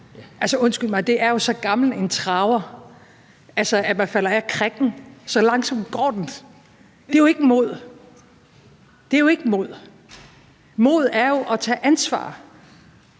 det er jo så gammel en traver, at man falder af krikken; så langsomt går den. Det er jo ikke mod. Mod er jo at tage ansvar.